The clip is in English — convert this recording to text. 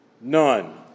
None